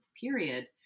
period